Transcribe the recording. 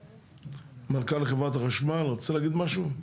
מנכ"ל חברת החשמל, רצית להגיד משהו?